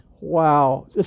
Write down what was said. Wow